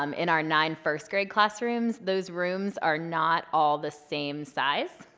um in our nine first-grade classrooms, those rooms are not all the same size.